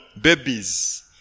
babies